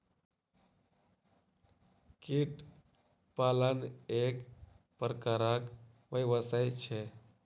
कीट पालन एक प्रकारक व्यवसाय छै